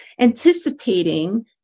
anticipating